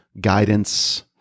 guidance